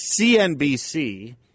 CNBC